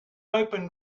open